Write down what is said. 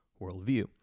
worldview